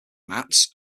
mats